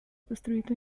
costruito